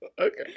Okay